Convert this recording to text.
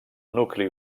nucli